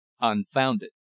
unfounded